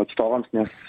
atstovams nes